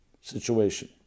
situation